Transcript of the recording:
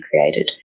created